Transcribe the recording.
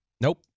Nope